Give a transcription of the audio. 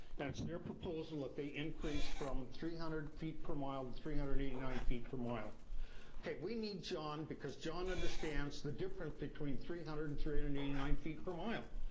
and it's their proposal that they increased from three hundred feet per mile to three hundred and eighty nine feet per mile we need john because john understands the difference between three hundred and three hundred and eighty nine feet per mile.